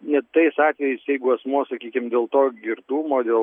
net tais atvejais jeigu asmuo sakykim dėl to girtumo dėl